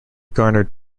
garnered